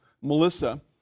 Melissa